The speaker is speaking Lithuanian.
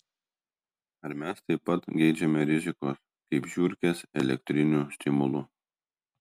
ar mes taip pat geidžiame rizikos kaip žiurkės elektrinių stimulų